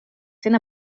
cent